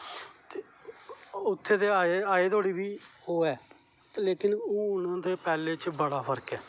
उत्थै ते अजें धोड़ी बी ओह् ऐ लेकिन हून ते पैहलें च बड़ा फर्क ऐ